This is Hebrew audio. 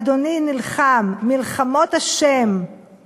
אדני נלחם'" מלחמות ה';